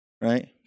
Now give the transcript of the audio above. right